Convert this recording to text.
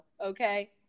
Okay